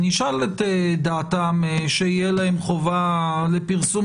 אני אשאל את דעתם שתהיה להם חובה לפרסום